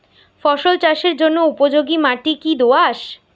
ফসল চাষের জন্য উপযোগি মাটি কী দোআঁশ?